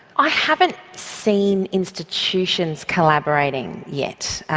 i haven't seen institutions collaborating yet,